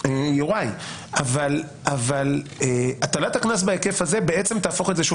יוראי אבל הטלת הקנס בהיקף הזה תהפוך את זה עוד